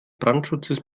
brandschutzes